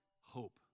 hope